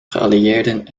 geallieerden